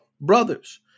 Brothers